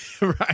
Right